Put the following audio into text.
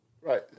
Right